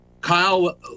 Kyle